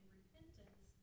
repentance